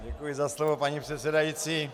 Děkuji za slovo, paní předsedající.